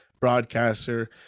broadcaster